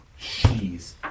Jeez